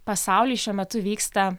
pasauly šiuo metu vyksta